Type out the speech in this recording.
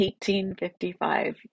1855